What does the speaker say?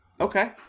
Okay